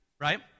right